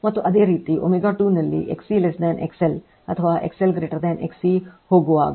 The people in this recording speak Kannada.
ಮತ್ತು ಅದೇ ರೀತಿ ω2 ನಲ್ಲಿ XC XL ಅಥವಾ XL XC ಗೆ ಹೋಗುವಾಗ